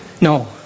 No